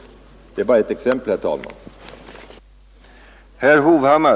Detta är bara ett exempel, herr talman.